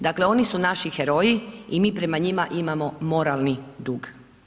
Dakle, oni su naši heroji i mi prema njima imamo moralni dug.